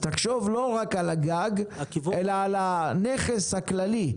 תחשוב לא רק על הגג, אלא על הנכס הכללי,